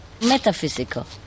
metaphysical